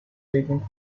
waiting